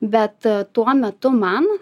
bet tuo metu man